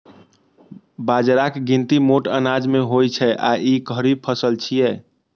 बाजराक गिनती मोट अनाज मे होइ छै आ ई खरीफ फसल छियै